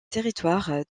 territoire